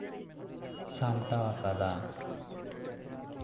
ᱥᱟᱢᱴᱟᱣ ᱟᱠᱟᱫᱟ